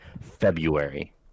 February